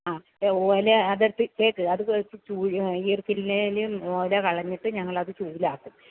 ആ ഓല അത് എടുത്ത് കേൾക്ക് അത് വെച്ച് ചൂല് ഈര്ക്കിളിലേൽ ഓല കളഞ്ഞിട്ട് ഞങ്ങളത് ചൂലാക്കും